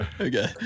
Okay